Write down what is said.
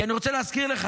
כי אני רוצה להזכיר לך,